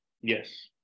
yes